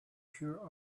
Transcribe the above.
here